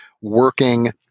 working